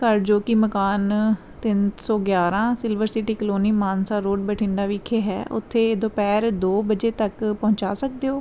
ਘਰ ਜੋ ਕਿ ਮਕਾਨ ਤਿੰਨ ਸੌ ਗਿਆਰ੍ਹਾਂ silver city colony Mansa road Bathinda ਵਿਖੇ ਹੈ ਉੱਥੇ ਦੁਪਹਿਰ ਦੋ ਵਜੇ ਤੱਕ ਪਹੁੰਚਾ ਸਕਦੇ ਹੋ